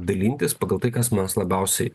dalintis pagal tai kas mums labiausiai